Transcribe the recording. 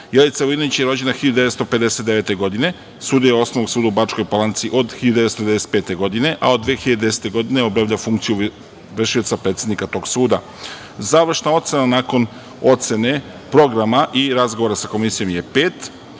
Jelica Vujinović je rođena 1959. godine. Sudija je Osnovnog suda u Bačkoj Palanci od 1995. godine, a od 2010. godine obavlja funkciju vršioca predsednika tog suda. Završna ocena nakon ocene programa i razgovora sa Komisijom je